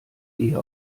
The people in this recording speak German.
eher